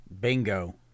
Bingo